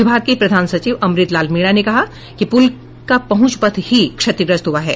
विभाग के प्रधान सचिव अमृत लाल मीणा ने कहा कि पुल का पहुंच पथ ही क्षतिग्रस्त हुआ है